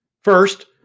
First